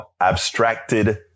abstracted